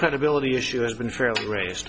credibility issue has been fairly raised